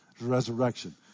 resurrection